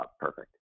perfect